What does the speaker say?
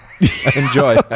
Enjoy